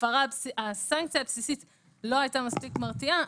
שאם הסנקציה הבסיסית לא הייתה מספיק מרתיעה,